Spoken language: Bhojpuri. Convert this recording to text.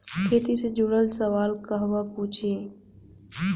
खेती से जुड़ल सवाल कहवा पूछी?